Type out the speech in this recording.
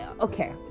okay